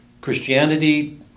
Christianity